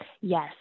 Yes